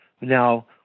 Now